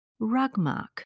Rugmark